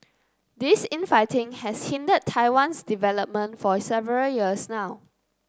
this infighting has hindered Taiwan's development for several years now